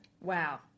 Wow